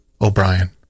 O'Brien